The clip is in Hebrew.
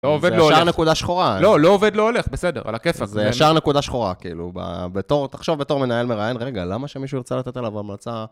לא עובד לא הולך. זה ישר נקודה שחורה. לא, לא עובד לא הולך, בסדר, על הכיפה. זה ישר נקודה שחורה, כאילו, בתור, תחשוב בתור מנהל מראיין, רגע, למה שמישהו ירצה לתת עליו המלצה?